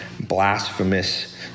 blasphemous